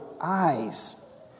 eyes